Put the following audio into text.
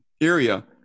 area